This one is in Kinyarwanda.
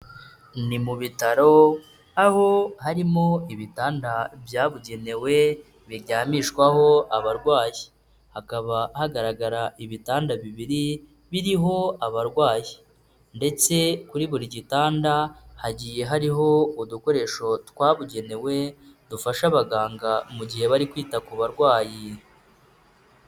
Ni mu bitaro aho harimo ibitanda byabugenewe biryamishwaho abarwayi, hakaba hagaragara ibitanda bibiri biriho abarwayi ndetse kuri buri gitanda hagiye hariho udukoresho twabugenewe dufasha abaganga mu gihe bari kwita ku barwayi.